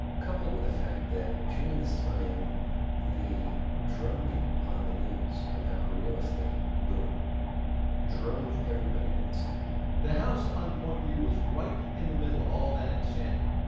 coupled with the fact that during this time the drumbeat on the news about real-estate boom drove everybody to insanity the house on point view was right in the middle of all that insanity.